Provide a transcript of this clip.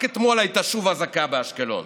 רק אתמול הייתה שוב אזעקה באשקלון.